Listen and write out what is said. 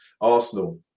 Arsenal